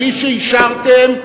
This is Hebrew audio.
בלי שאישרתם,